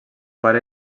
pare